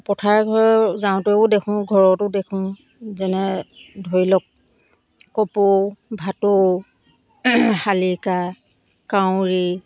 পথাৰ ঘৰ যাওঁতেও দেখোঁ ঘৰতো দেখোঁ যেনে ধৰি লওক কপৌ ভাটৌ শালিকা কাউৰী